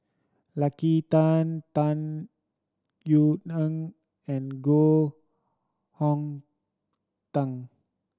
Lucy Tan Tung Yue Nang and Koh Hong Teng